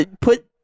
put